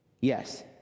Yes